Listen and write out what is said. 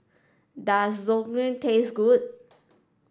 does taste good